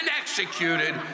executed